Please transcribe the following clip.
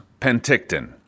Penticton